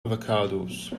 avocados